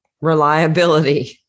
Reliability